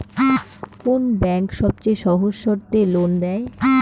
কোন ব্যাংক সবচেয়ে সহজ শর্তে লোন দেয়?